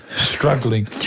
Struggling